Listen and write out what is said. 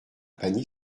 panier